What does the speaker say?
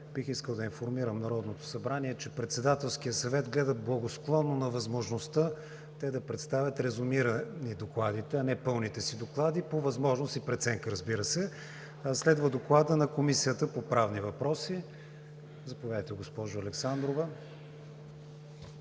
бих искал да информирам Народното събрание, че Председателският съвет гледа благосклонно на възможността те да представят резюмирани докладите, а не пълните си доклади. По възможност и по преценка, разбира се. Следва Докладът на Комисията по правни въпроси. Заповядайте, госпожо Александрова.